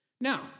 Now